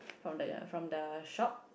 from the from the shop